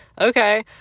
okay